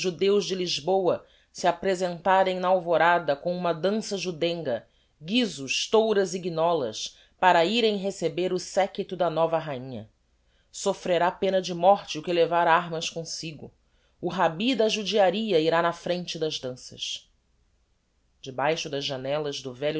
judeus de lisboa se apresentarem na alvorada com uma dança judenga guisos touras e guinolas para irem receber o séquito da nova rainha soffrerá pena de morte o que levar armas comsigo o rabbi da judiaria irá na frente das dansas debaixo das janellas do velho